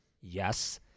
Yes